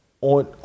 on